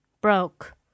broke